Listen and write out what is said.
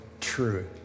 true